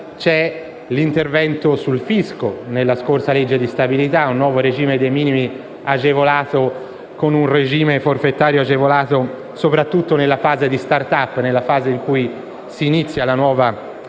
c'è l'intervento sul fisco, nella scorsa legge di stabilità, con un nuovo regime dei minimi o un regime forfettario agevolato, soprattutto nella fase di *start-up*, in cui si inizia la nuova attività